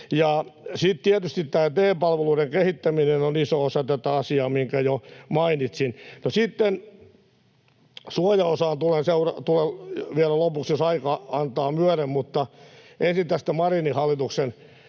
tietysti tämä TE-palveluiden kehittäminen, minkä jo mainitsin, on iso osa tätä asiaa. No sitten suojaosaan tulen vielä lopuksi, jos aika antaa myöden, mutta ensin tästä Marinin hallituksen